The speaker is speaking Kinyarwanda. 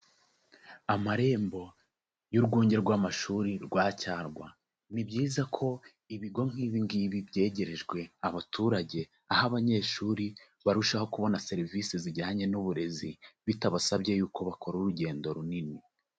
Amarembo y'urwunge rw'amashuri rwa Cyarwa, ni byiza ko ibigo nk'ibi ngibi byegerejwe abaturage, aho abanyeshuri barushaho kubona serivisi zijyanye n'uburezi bitabasabye yuko bakora urugendo runini.